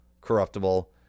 corruptible